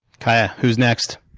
kaya, who's next?